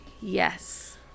Yes